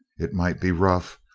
it might be rough,